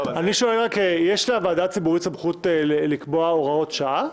יש לוועדה הציבורית סמכות לקבוע הוראות שעה?